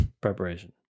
preparation